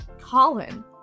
Colin